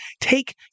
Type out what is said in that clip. take